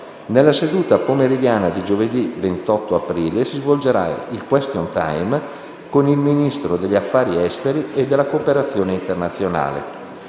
Nella seduta pomeridiana di giovedì 28 aprile si svolgerà il *question time* con il Ministro degli affari esteri e della cooperazione internazionale.